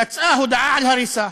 יצאה הודעה על הריסה.